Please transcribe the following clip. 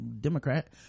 democrat